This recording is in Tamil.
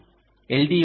எல்